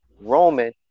Roman